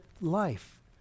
life